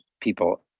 people